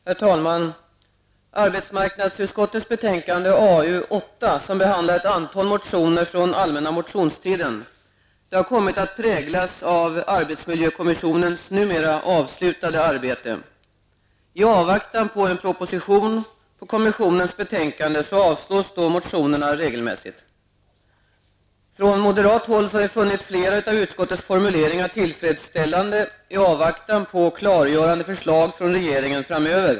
Herr talman! Arbetsmarknadsutskottets betänkande AU8, där det behandlas ett antal motioner från allmänna motionstiden, har kommit att präglas av arbetsmiljökommissionens numera avslutade arbete. I avvaktan på en proposition med anledning av kommissionens betänkande avslås motionerna regelmässigt. Från moderat håll har vi i avvaktan på klargörande förslag från regeringen funnit flera av utskottets formuleringar tillfredsställande.